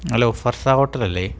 hello ഫർസ hotel അല്ലേ